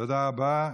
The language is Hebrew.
תודה רבה.